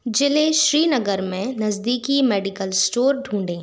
जिले श्रीनगर में नज़दीकी मेडिकल स्टोर ढूँढें